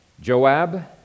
Joab